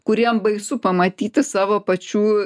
kuriem baisu pamatyti savo pačių